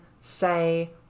say